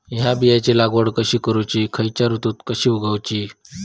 हया बियाची लागवड कशी करूची खैयच्य ऋतुत कशी उगउची?